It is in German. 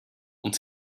und